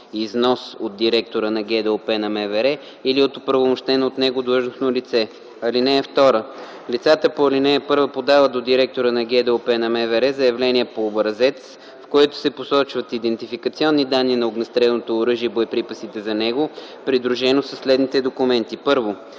внос/износ от директора на ГДОП на МВР или от оправомощено от него длъжностно лице. (2) Лицата по ал. 1 подават до директора на ГДОП на МВР заявление по образец, в което се посочват идентификационни данни на огнестрелното оръжие и боеприпасите за него, придружено със следните документи: 1.